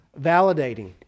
validating